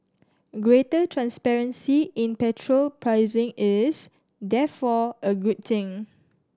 greater transparency in petrol pricing is therefore a good thing